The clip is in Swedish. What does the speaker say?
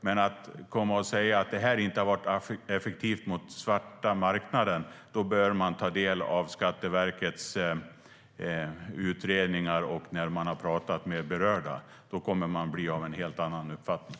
Men om man säger att det här inte har varit effektivt mot den svarta marknaden, då bör man ta del av Skatteverkets utredningar och prata med berörda. Sedan kommer man att vara av en helt annan uppfattning.